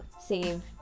save